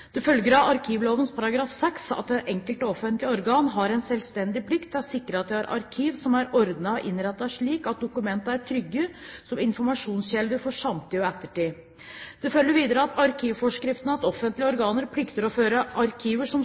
av arkivloven § 6 at det enkelte offentlige organ har en selvstendig plikt til å sikre at de har arkiv som er «ordna og innretta slik at dokumenta er tryggja som informasjonskjelder for samtid og ettertid». Det følger videre av arkivforskriften at offentlige organer plikter å føre arkiver som